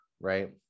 right